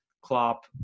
Klopp